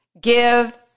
give